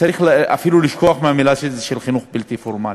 צריך אפילו לשכוח מההגדרה "חינוך בלתי פורמלי".